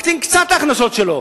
מקטין קצת את ההכנסות שלו.